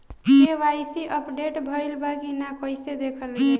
KYC update भइल बा कि ना कइसे देखल जाइ?